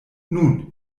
nun